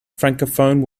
francophone